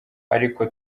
ariko